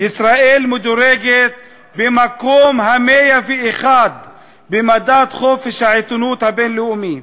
ישראל מדורגת במקום ה-101 במדד חופש העיתונות הבין-לאומי,